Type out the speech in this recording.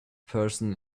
person